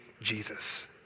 jesus